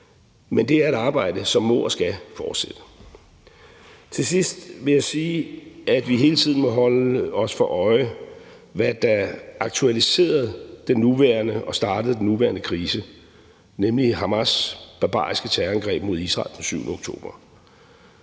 Men det er et arbejde, som må og skal fortsætte. Kl. 22:29 Til sidst vil jeg sige, at vi hele tiden må holde os for øje, hvad der aktualiserede og startede den nuværende krise, nemlig Hamas' barbariske terrorangreb mod Israel den 7. oktober,